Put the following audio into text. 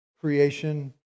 creation